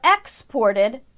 exported